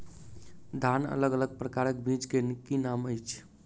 धान अलग अलग प्रकारक बीज केँ की नाम अछि?